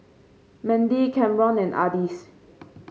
Mendy Camron and Ardis